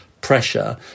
pressure